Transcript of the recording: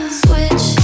switch